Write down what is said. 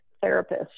therapist